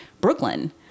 Brooklyn